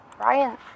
Ryan